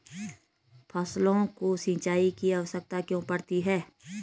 फसलों को सिंचाई की आवश्यकता क्यों पड़ती है?